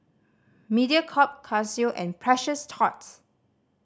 Mediacorp Casio and Precious Thots